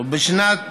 ובשנת 2017,